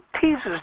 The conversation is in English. teases